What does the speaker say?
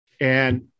And-